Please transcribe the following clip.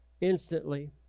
instantly